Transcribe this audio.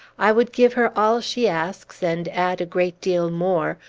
i would give her all she asks, and add a great deal more,